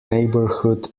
neighborhood